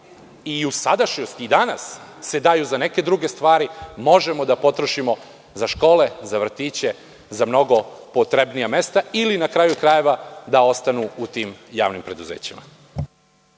i u sadašnjosti i danas se daju za neke druge stvari, možemo da potrošimo za škole, za vrtiće, za mnogo potrebnija mesta, ili, na kraju krajeva, da ostanu u tim javnim preduzećima.